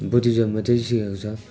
बुद्धिज्ममा त्यही त सिकाएको छ